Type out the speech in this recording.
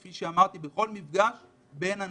כפי שאמרתי, בכל מפגש בין אנשים.